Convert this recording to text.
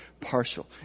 partial